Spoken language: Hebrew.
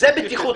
זה בטיחות.